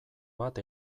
bat